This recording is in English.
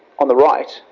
on the right,